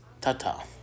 Ta-ta